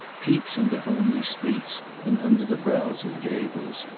peeps into homely streets and under the brows of gables,